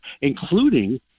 including